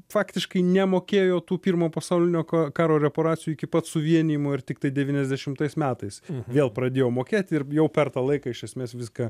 faktiškai nemokėjo tų pirmo pasaulinio k karo reparacijų iki pat suvienijimo ir tiktai devyniasdešimtais metais vėl pradėjo mokėti ir jau per tą laiką iš esmės viską